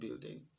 building